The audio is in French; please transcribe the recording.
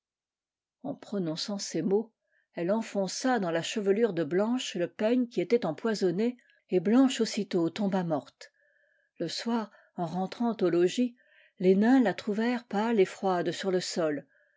en prononçant ces mots elle enfonça dans la chevelure de blanche le peigne qui était empoisonné et blanche aussitôt tomba morte le soir en rentrant au logis les nains la trouvèrent pâle et froide sur le sol